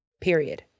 period